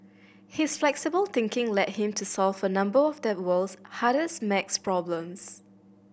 his flexible thinking led him to solve a number of that world's hardest maths problems